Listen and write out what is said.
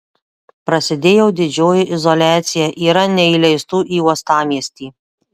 prasidėjo didžioji izoliacija yra neįleistų į uostamiestį